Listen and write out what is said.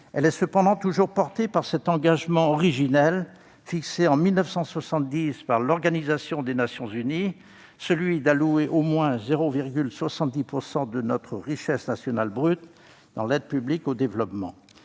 Elle est cependant toujours définie par cet engagement originel, fixé en 1970 par l'Organisation des Nations unies : celui d'allouer au moins 0,70 % de notre richesse nationale brute à l'aide publique au développement.